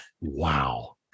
Wow